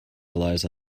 relies